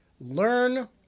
Learn